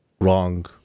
wrong